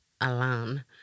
alan